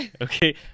Okay